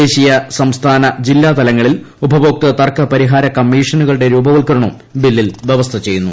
ദേശീയ സംസ്ഥാന ജില്ലാ തലങ്ങളിൽ ഉപഭോക്തൃതർക്ക പരിഹാര കമ്മീഷനുകളുടെ രൂപവത്ക്കരണവും ബില്ലിൽ വൃവസ്ഥ ചെയ്യുന്നു